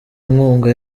nkunga